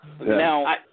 now